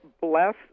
bless